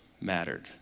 mattered